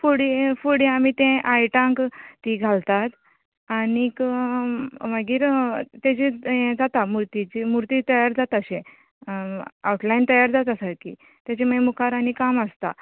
फुडें फुडें आमी ते आयटांक ती घालतात आनीक मागीर तेजे हे जाता मुर्तिची मुर्ती तयार जाता शे आवटलायन तयार जाता सारकी तेजे मागीर मुखार काम आसता